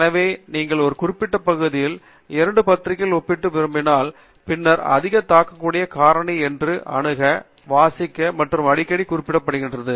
எனவே நீங்கள் ஒரு குறிப்பிட்ட பகுதியில் இரண்டு பத்திரிகைகள் ஒப்பிட்டு விரும்பினால் பின்னர் அதிக தாக்கக்கூடிய காரணி ஒன்று அணுக வாசிக்க மற்றும் அடிக்கடி குறிப்பிடப்படுகிறது